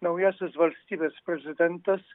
naujasis valstybės prezidentas